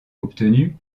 obtenu